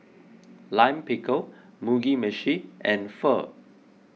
Lime Pickle Mugi Meshi and Pho